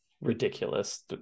ridiculous